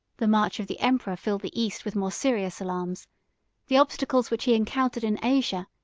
the march of the emperor filled the east with more serious alarms the obstacles which he encountered in asia,